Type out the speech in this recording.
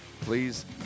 please